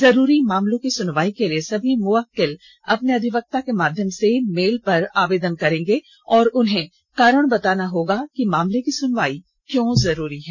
जरूरी मामलों की सुनवाई के लिए सभी मुवक्किल अपने अधिवक्ता के माध्यम से मेल पर आवेदन करेंगे और उन्हें कारण बताना होगा कि मामले की सुनवाई क्यों जरूरी है